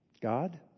God